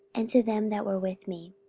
and to them that were with me.